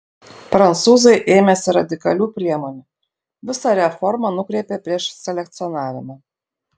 prancūzai ėmėsi radikalių priemonių visą reformą nukreipė prieš selekcionavimą